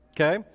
okay